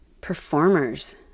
Performers